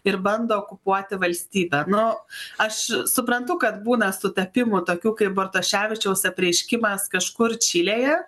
ir bando okupuoti valstybę nu aš suprantu kad būna sutapimų tokių kaip bartaševičiaus apreiškimas kažkur čilėje